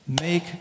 make